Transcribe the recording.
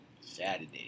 Saturday